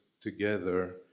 together